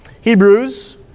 Hebrews